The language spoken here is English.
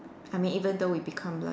I mean even though we become the